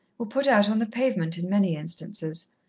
were put out on the pavement in many instances,